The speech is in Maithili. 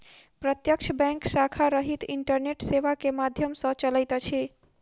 प्रत्यक्ष बैंक शाखा रहित इंटरनेट सेवा के माध्यम सॅ चलैत अछि